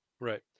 Right